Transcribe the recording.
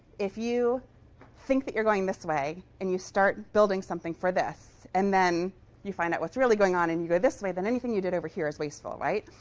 if you think that you're going this way and you start building something for this, and then you find out what's really going on and you go this way, then anything you did over here is wasteful, right?